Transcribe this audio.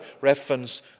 reference